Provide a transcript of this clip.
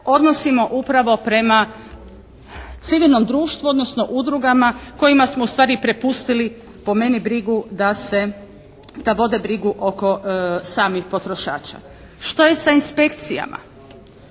odnosimo upravo prema civilnom društvu odnosno udrugama kojima smo ustvari prepustili po meni brigu da vode brigu oko samih potrošača. Što je sa inspekcijama?